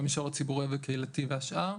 במישור הציבורי והקהילתי והשאר.